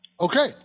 Okay